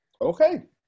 Okay